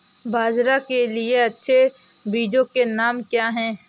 बाजरा के लिए अच्छे बीजों के नाम क्या हैं?